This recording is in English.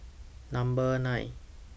Number nine